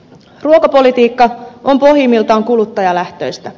ruokapolitiikka on pohjimmiltaan kuluttajalähtöistä